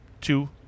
two